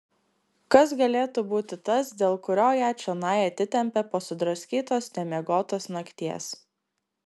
kas galėtų būti tas dėl kurio ją čionai atitempė po sudraskytos nemiegotos nakties